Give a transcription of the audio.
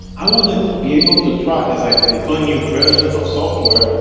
i want to be able to track as i deploy new versions of software,